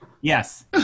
Yes